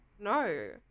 no